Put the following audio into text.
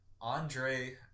Andre